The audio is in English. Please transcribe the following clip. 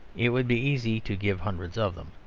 it would be easy to give hundreds of them.